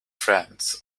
friends